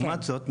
לעומת זאת,